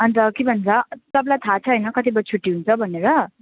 अन्त के भन्छ तपाईँलाई थाहा छ होइन कति बजी छुट्टी हुन्छ भनेर